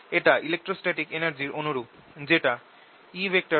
এটা ইলেকট্রস্ট্যাটিক এনার্জির অনুরূপ যেটা E22εo